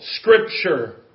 Scripture